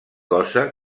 cosa